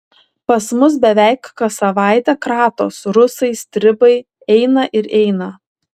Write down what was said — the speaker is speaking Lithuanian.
pas mus beveik kas savaitę kratos rusai stribai eina ir eina